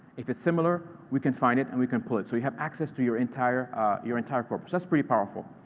if it's similar, we can find it, and we can pull it. so we have access to your entire your entire corpus. that's pretty powerful.